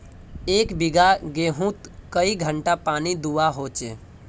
एक बिगहा गेँहूत कई घंटा पानी दुबा होचए?